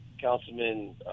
Councilman